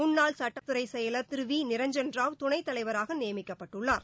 முன்னாள் சட்டத்துறை செயலர் திரு வி நிரஞ்சன்ராவ் துணைத்தலைவராக நியமிக்கப்பட்டுள்ளார்